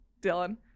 Dylan